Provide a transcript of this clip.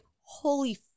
holy